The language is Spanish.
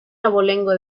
abolengo